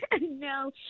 No